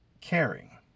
caring